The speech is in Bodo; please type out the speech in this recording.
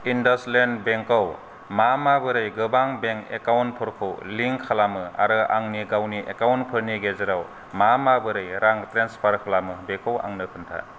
इन्डासइन्ड बेंकआव मामाबोरै गोबां बेंक एकाउन्टफोरखौ लिंक खालामो आरो आंनि गावनि एकाउन्टफोरनि गेजेराव मामाबोरै रां ट्रेन्सफार खालामो बेखौ आंनो खोन्था